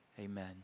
Amen